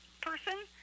person